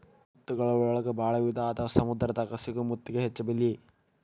ಮುತ್ತುಗಳ ಒಳಗು ಭಾಳ ವಿಧಾ ಅದಾವ ಸಮುದ್ರ ದಾಗ ಸಿಗು ಮುತ್ತಿಗೆ ಹೆಚ್ಚ ಬೆಲಿ